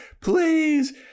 please